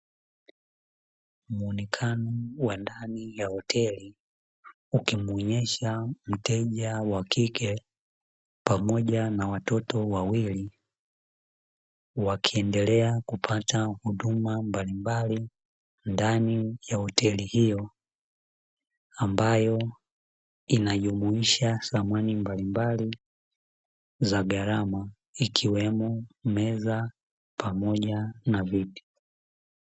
Mwonekano wa ndani ya hoteli ukionyesha mteja wa kike pamoja na watoto wawili, wakiendelea kupata huduma mbalimbali ndani ya hoteli hiyo, ambayo inajumuisha samani mbalimbali za gharama ikiwemo meza pamoja na viti.